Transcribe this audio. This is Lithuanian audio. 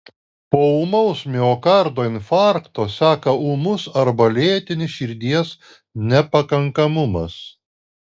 po ūmaus miokardo infarkto seka ūmus arba lėtinis širdies nepakankamumas